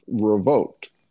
revoked